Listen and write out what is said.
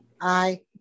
Aye